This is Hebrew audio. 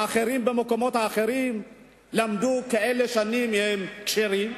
ואחרים במקומות האחרים למדו שנים אלה והם כשרים?